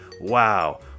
Wow